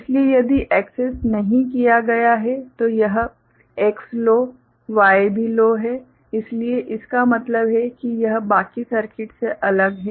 इसलिए यदि एक्सेस नहीं किया गया है तो यह X लो Y भी लो है इसलिए इसका मतलब है कि यह बाकी सर्किट से अलग है